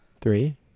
Three